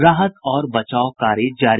राहत और बचाव कार्य जारी